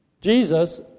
Jesus